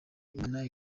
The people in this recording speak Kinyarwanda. imana